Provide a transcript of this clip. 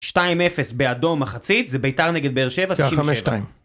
2-0 באדום מחצית, זה ביתר נגד באר שבע. זה היה 5-2